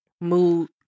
Mood